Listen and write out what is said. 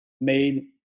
made